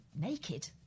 naked